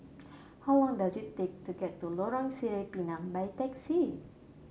how long does it take to get to Lorong Sireh Pinang by taxi